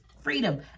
Freedom